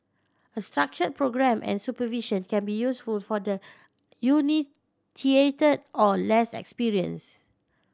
a structured programme and supervision can be useful for the or less experienced